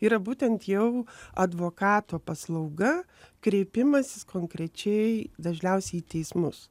yra būtent jau advokato paslauga kreipimasis konkrečiai dažniausiai į teismus